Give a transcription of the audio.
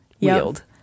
wield